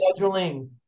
scheduling